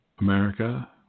America